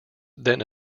then